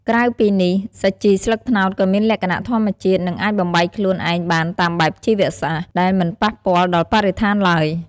ក្រៅពីនេះ សាជីស្លឹកត្នោតក៏មានលក្ខណៈធម្មជាតិ និងអាចបំបែកខ្លួនឯងបានតាមបែបជីវសាស្ត្រ ដែលមិនប៉ះពាល់ដល់បរិស្ថានឡើយ។